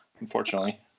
unfortunately